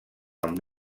amb